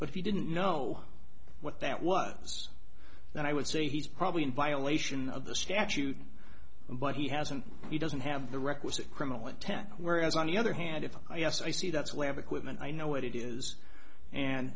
but if you didn't know what that was then i would say he's probably in violation of the statute but he hasn't he doesn't have the requisite criminal intent whereas on the other hand if i yes i see that's levick with and i know what it is and